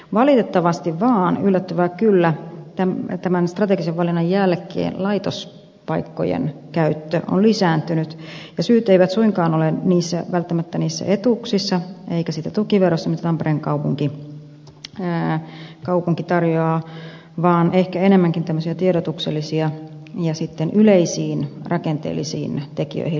valitettavasti vaan yllättävää kyllä tämän strategisen valinnan jälkeen laitospaikkojen käyttö on lisääntynyt ja syyt eivät suinkaan ole välttämättä niissä etuuksissa eikä siinä tukiverossa mitä tampereen kaupunki tarjoaa vaan ehkä enemmänkin tämmöisiä tiedotuksellisia ja sitten yleisiin rakenteellisiin tekijöihin liittyviä